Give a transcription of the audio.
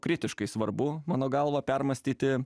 kritiškai svarbu mano galva permąstyti